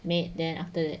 made then after that